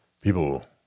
people